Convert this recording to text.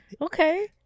Okay